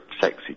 sexy